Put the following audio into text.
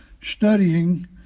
studying